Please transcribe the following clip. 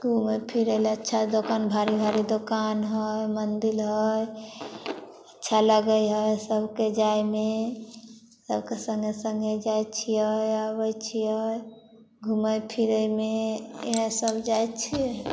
घूमै फिरै लए अच्छा दोकान भारी भारी दोकान हइ मन्दिर हइ अच्छा लगै हइ सबके जायमे सबके सङ्गे सङ्गे जाइ छियै अबै छियै घूमै फिरैमे इएह सब जाइ छियै